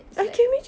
it's like